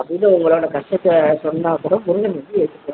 அப்படின் உங்களோடய கஷ்டத்தை சொன்னால் கூட முருகனுக்கு